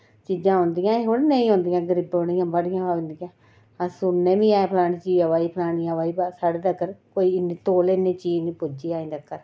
चीज़ां औंदियां एह् थोह्ड़े नेईं औंदियां गरीबें दियां बड़ियां औंदियां अस सुनने बी हैन फलानी चीज़ आवै दी फलानी चीज़ आवै दी साढ़े कोल इन्नी चीज निं पुज्जी ऐ अज्जै तगर